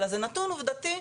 אלא זה נתון עובדתי,